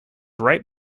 right